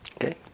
Okay